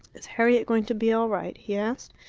is harriet going to be all right? he asked.